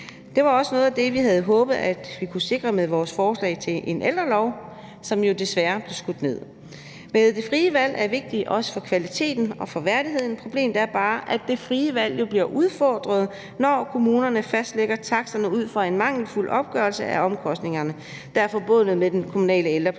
Det var også noget af det, vi havde håbet vi kunne sikre med vores forslag til en ældrelov, som jo desværre blev skudt ned. Men det frie valg er vigtigt også for kvaliteten og værdigheden. Problemet er bare, at det frie valg jo bliver udfordret, når kommunerne fastlægger taksterne ud fra en mangelfuld opgørelse af omkostningerne, der er forbundet med den kommunale ældrepleje.